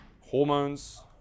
Hormones